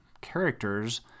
characters